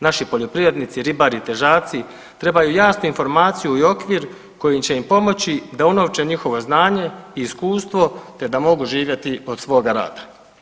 Naši poljoprivrednici, ribari, težaci trebaju jasnu informaciju i okvir koji će im pomoći da unovče njihovo znanje i iskustvo, te da mogu živjeti od svoga rada.